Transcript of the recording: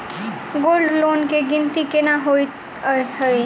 Gold loan केँ गिनती केना होइ हय?